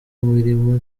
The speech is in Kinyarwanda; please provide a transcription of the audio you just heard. mirimo